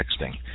texting